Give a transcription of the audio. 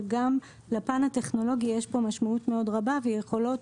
אבל גם לפן הטכנולוגי יש משמעות רבה ויכולות